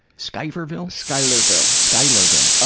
skyverville? schuylerville. schuylerville.